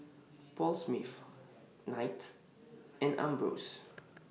Paul Smith Knight and Ambros